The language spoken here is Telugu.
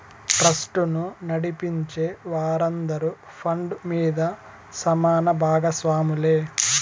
ట్రస్టును నడిపించే వారందరూ ఫండ్ మీద సమాన బాగస్వాములే